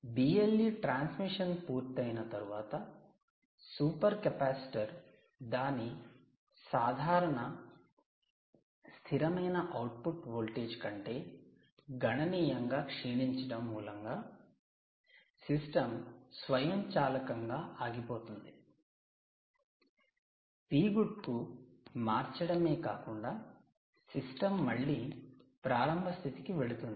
BLE transmission పూర్తయిన తరువాత super capacitor దాని సాధారణ స్థిరమైన అవుట్పుట్ వోల్టేజ్ కంటే గణనీయంగా క్షీణించడం మూలంగా సిస్టమ్ స్వయంచాలకంగా ఆగిపోతుంది 'Pgood' కు మార్చడమే కాకుండా సిస్టమ్ మళ్లీ ప్రారంభ పరిస్థితికి వెళుతుంది